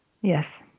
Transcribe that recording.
Yes